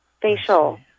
facial